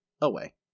away